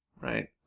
right